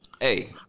hey